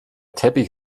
teppich